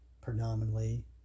predominantly